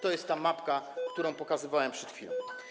To jest ta mapka, którą pokazywałem przed chwilą.